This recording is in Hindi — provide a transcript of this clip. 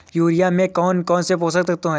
यूरिया में कौन कौन से पोषक तत्व है?